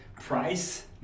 price